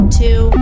two